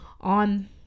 on